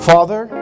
Father